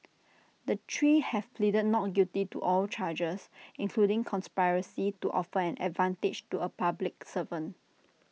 the three have pleaded not guilty to all charges including conspiracy to offer an advantage to A public servant